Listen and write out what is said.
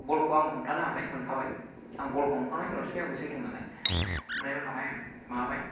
बल खौ आं हमथानो हाबाय मोनखाबाय आं बल हमखांनायनि उनावसो आंखौ जोदों नालाय ओमफ्राय उनावहाय माबाबाय